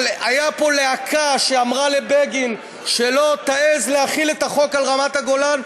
הייתה פה להקה שאמרה לבגין: שלא תעז להחיל את החוק על רמת-הגולן,